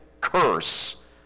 curse